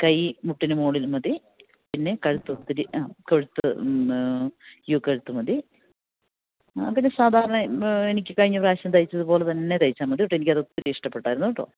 കൈമുട്ടിനു മുകളില് മതി പിന്നെ കഴുത്തൊത്തിരി അ കഴുത്ത് യു കഴുത്ത് മതി അതിന് സാധാരണ എനിക്ക് കഴിഞ്ഞ പ്രാവശ്യം തയ്ച്ചത് പോലെതന്നെ തയ്ച്ചാല് മതി കേട്ടോ എനിക്കതൊത്തിരി ഇഷ്ടപ്പെട്ടായിരുന്നു കേട്ടോ